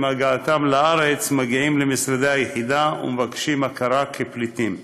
הגעתם לארץ מגיעים למשרדי היחידה ומבקשים הכרה כפליטים.